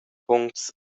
puncts